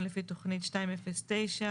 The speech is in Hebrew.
אחרי סעיף קטן (ט"ו)